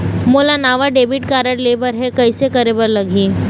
मोला नावा debit card लेबर हे, कइसे करे बर लगही?